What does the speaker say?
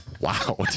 Wow